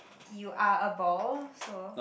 you are a ball so